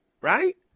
Right